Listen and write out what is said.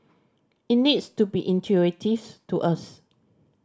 it needs to be intuitive to us